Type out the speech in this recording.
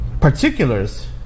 particulars